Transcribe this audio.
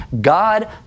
God